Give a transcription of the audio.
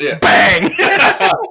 Bang